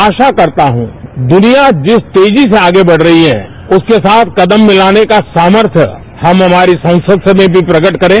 आशा करता हूं दुनिया जिस तेजी से आगे बढ़ रही है उसके साथ कदम मिलाने का सामर्थ हम हमारी संसद में भी प्रकट करें